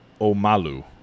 Omalu